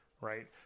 right